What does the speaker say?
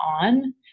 on